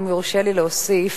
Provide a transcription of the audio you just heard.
אם יורשה לי להוסיף,